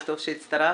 וטוב שהצטרפת,